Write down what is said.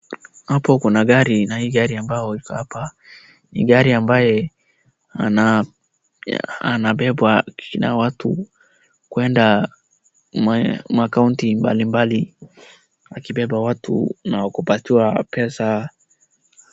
Hapo kuna gari, na hii gari ambayo iko hapa, ni gari ambaye, ana, anabebwa na watu kuenda makaunti mbalimbali. Akibeba watu na kupatiwa pesa...